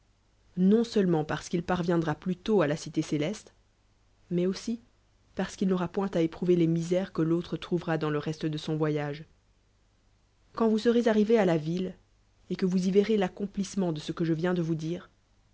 nlement parce qu'il parviendra plll t il la cité céleste mais aussi parce qu'il n aura point à éprouver les misères que l'aum trouvera dans le resle de son voya ge quand vous serez arrivés à a vi lè ét que vous y verrez l'accomplissenu nl de ce que je viens de vous dire